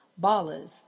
ballas